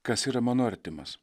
kas yra mano artimas